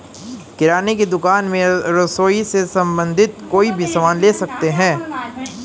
किराने की दुकान में रसोई से संबंधित कोई भी सामान ले सकते हैं